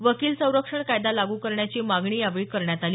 वकील सरंक्षण कायदा लागू करण्याची मागणी यावेळी करण्यात आली